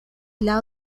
laŭ